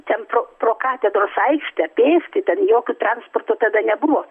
ten pro pro katedros aikštę pėsti ten jokių transporto tada nebuvo